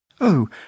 Oh